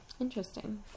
interesting